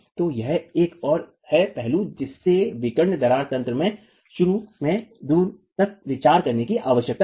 तो यह एक और है पहलू जिसे विकर्ण दरार तंत्र के रूप में दूर तक विचार करने की आवश्यकता है